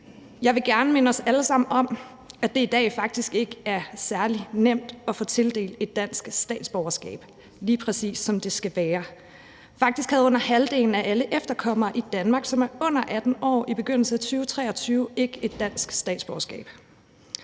Jeg vil gerne minde os alle sammen om, at det i dag faktisk ikke er særlig nemt at få tildelt et dansk statsborgerskab, lige præcis som det skal være. Faktisk havde under halvdelen af alle efterkommere i Danmark, som var under 18 år i begyndelsen af 2023, ikke et dansk statsborgerskab.